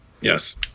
Yes